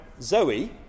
Zoe